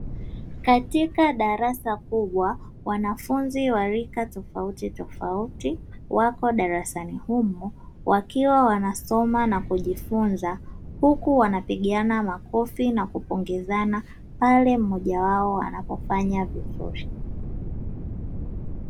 Katika darasa kubwa wanafunzi wa rika tofauti tofauti wako darasani humo wakiwa wanasoma na kujifunza huku wanapigana makofi na kupongezana pale mmoja wao anapofanya vizuri